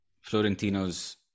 Florentino's